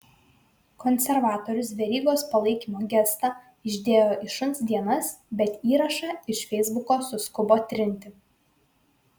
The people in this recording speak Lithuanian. konservatorius verygos palaikymo gestą išdėjo į šuns dienas bet įrašą iš feisbuko suskubo trinti